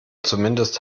zumindest